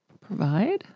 Provide